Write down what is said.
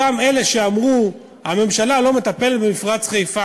אותם אלה שאמרו: הממשלה לא מטפלת במפרץ חיפה,